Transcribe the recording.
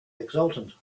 exultant